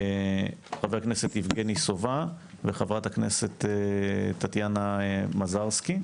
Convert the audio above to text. חבר הכנסת יבגני סובה וחברת הכנסת טטיאנה מזרסקי.